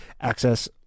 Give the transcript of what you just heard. access